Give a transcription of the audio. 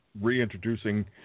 reintroducing